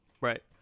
right